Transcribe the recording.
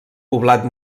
poblat